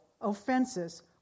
offenses